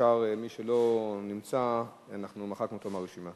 השאר, מי שלא נמצא, אנחנו מחקנו אותו מהרשימה.